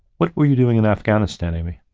what were you doing in afghanistan, amy?